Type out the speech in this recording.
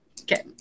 Okay